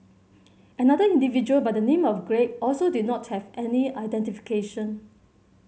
another individual by the name of Greg also did not have any identification